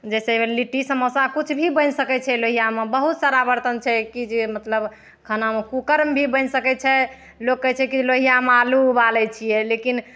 जैसे लिट्टी समोसा किछु भी बनि सकै छै लोहियामे बहुत सारा बरतन छै कि जे मतलब खानामे कुकरमे भी बनि सकै छै लोक कहै छै कि लोहियामे आलू उबालै छियै लेकिन